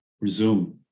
resume